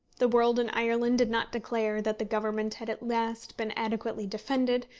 the world in ireland did not declare that the government had at last been adequately defended,